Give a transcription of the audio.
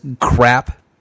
crap